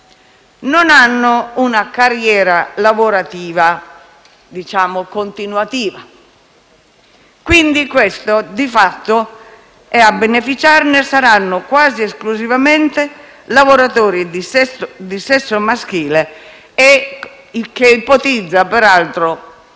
non hanno una carriera lavorativa continuativa. Di fatto, a beneficiarne saranno quasi esclusivamente lavoratori di sesso maschile. Si ipotizza, peraltro,